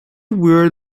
wear